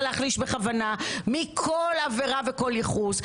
להחליש בכוונה מכל עבירה וכל ייחוס,